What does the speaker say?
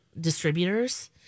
distributors